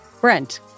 Brent